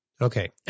Okay